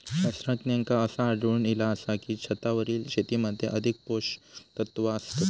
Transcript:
शास्त्रज्ञांका असा आढळून इला आसा की, छतावरील शेतीमध्ये अधिक पोषकतत्वा असतत